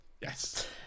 Yes